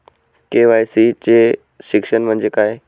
KYC चे शिक्षण म्हणजे काय?